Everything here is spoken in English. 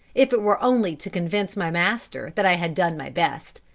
if it were only to convince my master that i had done my best.